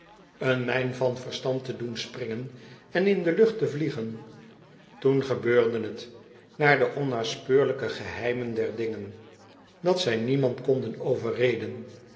een mijn van verstand te op t vertrek naar t groote zoutmeer doen springen en in de lucht te vliegen toen gebeurde het naar de onnaspeurlijke geheimen der dingen dat zy niemand konden overreden